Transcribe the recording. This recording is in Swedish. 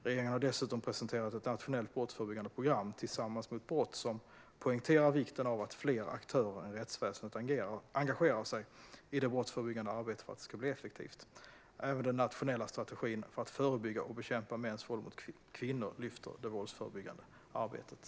Regeringen har dessutom presenterat ett nationellt brottsförebyggande program, Tillsammans mot brott, som poängterar vikten av att fler aktörer än rättsväsendet engagerar sig i det brottsförebyggande arbetet för att det ska bli effektivt. Även den nationella strategin för att förebygga och bekämpa mäns våld mot kvinnor lyfter det våldsförebyggande arbetet.